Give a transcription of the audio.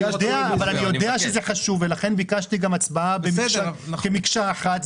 אני יודע שזה חשוב ולכן ביקשתי גם הצבעה כמקשה אחת.